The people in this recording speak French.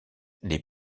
les